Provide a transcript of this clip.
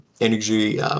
energy